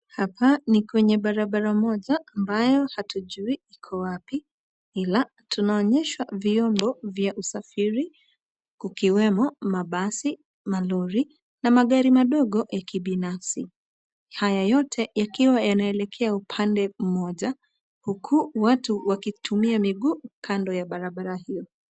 Hapa ni mwenye barabara moja ambayo hatujui iko wapi, ila tunaonyesha vyombo vya usafiri kukiwemo mabasi, malori na magari madogo ya kibinafsi, haya yote yakiwa yanaelekea upande mmoja huku watu wakitumia mguu kando ya barabara hiyo.